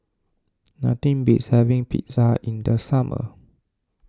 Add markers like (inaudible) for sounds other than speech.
(noise) nothing beats having Pizza in the summer